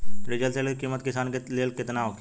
Diesel तेल के किमत किसान के लेल केतना होखे?